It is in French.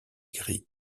grille